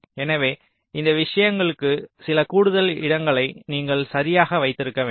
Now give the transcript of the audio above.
எனவே இந்த விஷயங்களுக்கு சில கூடுதல் இடங்களை நீங்கள் சரியாக வைத்திருக்க வேண்டும்